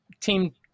team